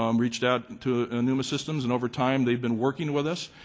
um reached out to onuma systems and over time they've been working with us,